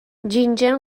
جینجر